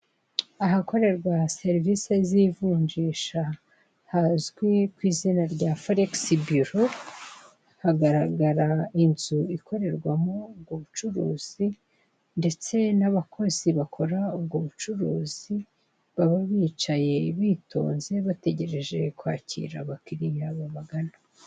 Ahakorerwa serivise z'ivunjisha hazwi ku izina rya foregisi biro. Hagaragara inzu ikorerwamo ubwo bucuruzi, ndetse n'abakozi bakora ubwo bucuruzi, baba bicaye bitonze bategereje kwakira abakiliya babagana.